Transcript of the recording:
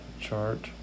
chart